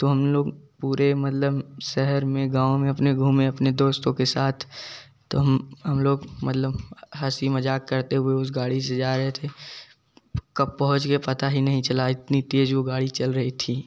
तो हम लोग पूरे मतलब शहर में गाँव में अपने घूमे अपने दोस्तों के साथ तो हम हम लोग मतलब हँसी मजाक करते हुए उस गाड़ी से जा रहे थे कब पहुँच गए पता ही नहीं चला इतनी तेज वो गाड़ी चल रही थी